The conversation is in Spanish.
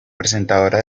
presentadora